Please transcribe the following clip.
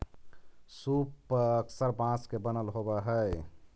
सूप पअक्सर बाँस के बनल होवऽ हई